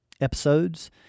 episodes